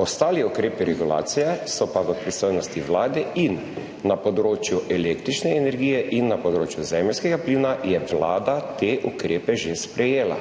Ostali ukrepi regulacije so pa v pristojnosti vlade. Na področju električne energije in na področju zemeljskega plina je vlada te ukrepe že sprejela.